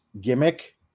gimmick